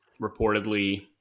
reportedly